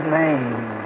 name